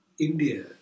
India